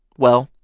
well,